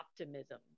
optimism